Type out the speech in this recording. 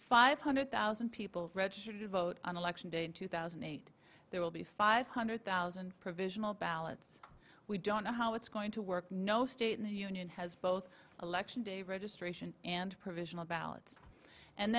five hundred thousand people registered to vote on election day in two thousand and eight there will be five hundred thousand provisional ballots we don't know how it's going to work no state in the union has both election day registration and provisional ballots and